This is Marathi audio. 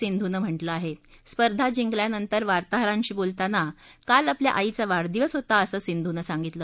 सिंधूनं म्हटलं आहस्पर्धा जिंकल्यानतर वार्ताहरांशी बोलताना काल आपल्या आईचा वाढदिवस होता असं सिंधुनं सांगितलं